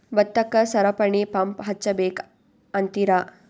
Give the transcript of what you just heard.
ಭತ್ತಕ್ಕ ಸರಪಣಿ ಪಂಪ್ ಹಚ್ಚಬೇಕ್ ಅಂತಿರಾ?